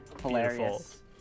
Hilarious